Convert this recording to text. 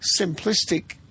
simplistic